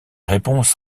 réponses